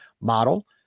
model